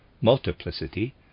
multiplicity